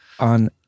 On